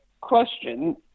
question